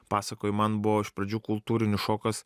pasakoju man buvo iš pradžių kultūrinis šokas